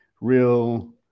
real